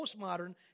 postmodern